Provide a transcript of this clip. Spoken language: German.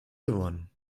gewonnen